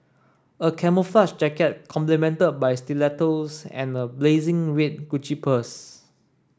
a camouflage jacket complemented by stilettos and a blazing red Gucci purse